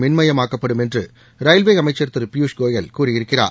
மின்மயமாக்கப்படும் என்று ரயில்வே அமைச்சர் திரு பியூஷ் கோயல் கூறியிருக்கிறார்